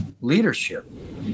leadership